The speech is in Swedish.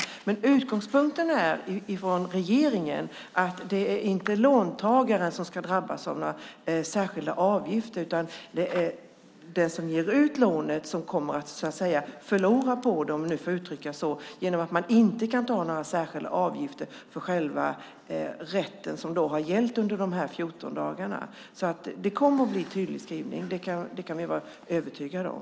Regeringens utgångspunkt är att låntagaren inte ska drabbas av några särskilda avgifter, utan det är den som ger ut lånet som kommer att förlora på det, om jag får uttrycka det så, genom att man inte kan ta ut några särskilda avgifter för den rätt som har gällt under de här 14 dagarna. Det kommer att bli tydliga skrivningar. Det kan vi vara övertygade om.